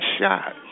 shot